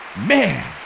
Man